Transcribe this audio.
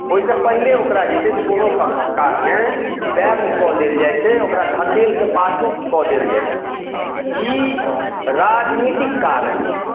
ओहिसे पहिले ओकरा जे छै से कोनो कारणे बैण्ड कऽ देल जाइ छै ओकरा धकेलके पाछू कऽ देल जाइ छै ई राजनीतिक कारण छी